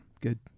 good